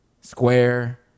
square